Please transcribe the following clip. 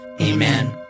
Amen